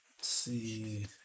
see